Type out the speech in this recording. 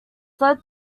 led